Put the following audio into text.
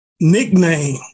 nickname